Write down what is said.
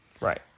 Right